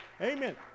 Amen